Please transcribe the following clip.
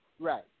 Right